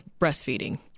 breastfeeding